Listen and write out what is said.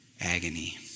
agony